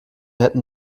hätten